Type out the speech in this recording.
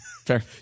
Fair